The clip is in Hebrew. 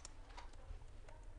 הצבעה אושר.